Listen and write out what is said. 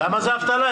למה זה אבטלה?